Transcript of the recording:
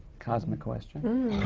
cosmic question!